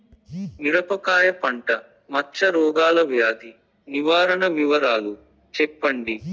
మిరపకాయ పంట మచ్చ రోగాల వ్యాధి నివారణ వివరాలు చెప్పండి?